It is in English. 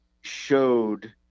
showed